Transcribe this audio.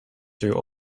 through